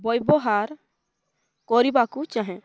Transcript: ବ୍ୟବହାର କରିବାକୁ ଚାହେଁ